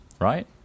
right